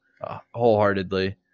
wholeheartedly